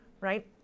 right